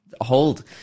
hold